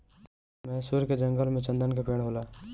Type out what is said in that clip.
मैसूर के जंगल में चन्दन के पेड़ होला